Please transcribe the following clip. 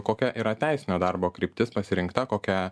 kokia yra teisinio darbo kryptis pasirinkta kokia